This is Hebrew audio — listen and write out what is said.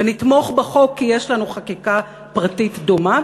ונתמוך בחוק כי יש לנו חקיקה פרטית דומה,